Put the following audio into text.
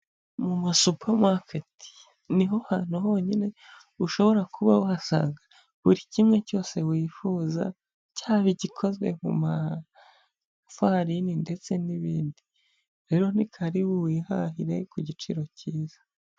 Mu ma supamaketi, ni ho hantu honyine ushobora kuba wahasanga buri kimwe cyose wifuza cyaba igikozwe mu mafarini ndetse n'ibindi; rero ni karibu wihahire ku giciro cyiza.